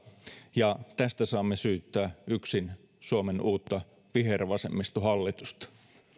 ja tästä saamme syyttää yksin suomen uutta vihervasemmistohallitusta